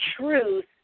truth